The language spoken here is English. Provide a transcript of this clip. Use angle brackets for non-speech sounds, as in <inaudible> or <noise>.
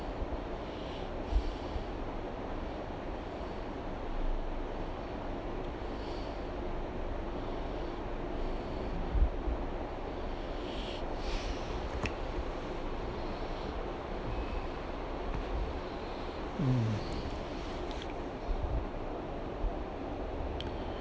<breath> mm